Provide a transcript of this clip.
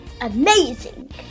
Amazing